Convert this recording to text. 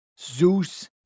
Zeus